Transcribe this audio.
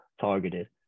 targeted